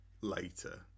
later